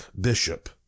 bishop